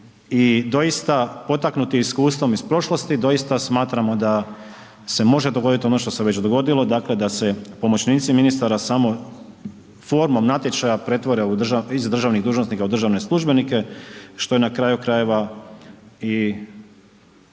i doista potaknuti iskustvom iz prošlosti, doista smatramo da se može dogodili ono što se već dogodilo, dakle da se pomoćnici ministara samo formom natječaja pretvore iz državnih dužnosnika u državne službenika, što je na kraju krajeva i